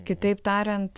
kitaip tariant